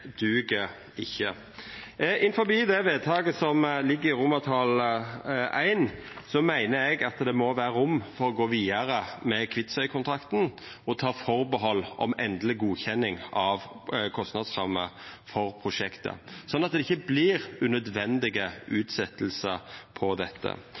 må vera rom for å gå vidare med Kvitsøy-kontrakten og ta atterhald om endeleg godkjenning av kostnadsramme for prosjektet, sånn at det ikkje vert unødvendige